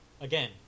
again